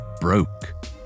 broke